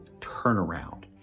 turnaround